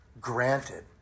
granted